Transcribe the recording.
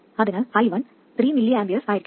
അതിനാൽ i1 3 mA ആയിരിക്കും